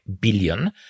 billion